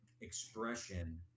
expression